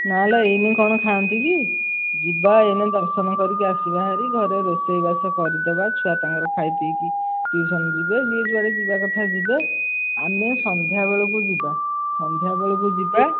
ନା ଲୋ ଏଇନେ କ'ଣ ଖାଆନ୍ତିକି ଯିବା ଏଇନେ ଦର୍ଶନ କରିକି ଆସିବା ହାରି ଘରେ ରୋଷେଇ ବାସ କରିଦେବା ଛୁଆ ତାଙ୍କର ଖାଇ ପିଇ କି ଟ୍ୟୁସନ୍ ଯିବେ କି ଯିଏ ଯୁଆଡ଼େ ଯିବା କଥା ଯିବେ ଆମେ ସନ୍ଧ୍ୟା ବେଳକୁ ଯିବା ସନ୍ଧ୍ୟା ବେଳକୁ ଯିବା